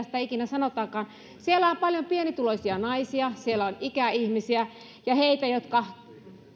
sitä ikinä sanotaankaan siellä on paljon pienituloisia naisia siellä on ikäihmisiä ja heitä jotka